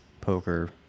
poker